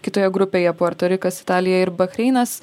kitoje grupėje puerto rikas italija ir bahreinas